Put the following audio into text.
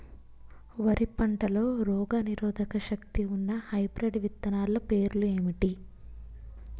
వరి పంటలో రోగనిరోదక శక్తి ఉన్న హైబ్రిడ్ విత్తనాలు పేర్లు ఏంటి?